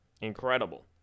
incredible